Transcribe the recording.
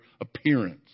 appearance